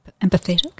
empathetic